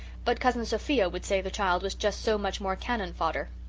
but cousin sophia would say the child was just so much more cannon fodder.